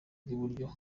rw’iburyo